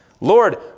Lord